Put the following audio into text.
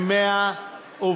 עם 100 עובדים,